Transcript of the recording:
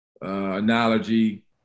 analogy